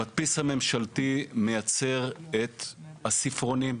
המדפיס הממשלתי מייצר את הספרונים,